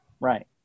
Right